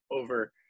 over